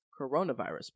coronavirus